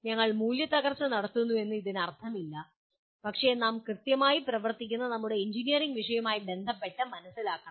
ഞങ്ങൾ മൂല്യത്തകർച്ച നടത്തുന്നുവെന്ന് ഇതിനർത്ഥമില്ല പക്ഷേ നാം കൃത്യമായി പ്രവർത്തിക്കുന്ന നമ്മുടെ എഞ്ചിനീയറിംഗ് വിഷയവുമായി ബന്ധപ്പെട്ട് മനസ്സിലാക്കണം